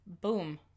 boom